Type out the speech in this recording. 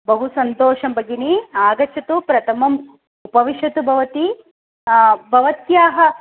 बहु सन्तोषं भगिनि आगच्छतु प्रथमम् उपविशतु भवती भवत्याः